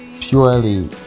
purely